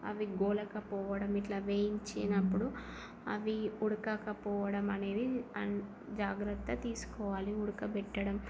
అవి బోలక పోవడం వేయించినప్పుడు అవి ఉడకకపోవడం అనేది అ జాగ్రత్త తీసుకోవాలి ఉడకబెట్టడం